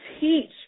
teach